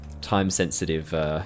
Time-sensitive